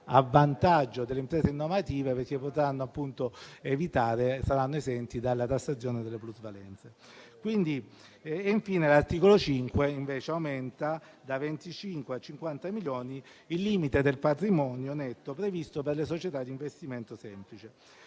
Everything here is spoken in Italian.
a vantaggio delle imprese innovative, perché saranno esenti dalla tassazione delle plusvalenze. Infine, l'articolo 5 aumenta da 25 a 50 milioni il limite del patrimonio netto previsto per le società di investimento semplice.